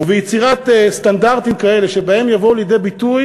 וביצירת סטנדרטים כאלה שבהם יבואו לידי ביטוי